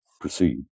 proceed